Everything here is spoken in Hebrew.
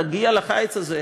תגיע לחַיץ הזה,